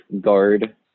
guard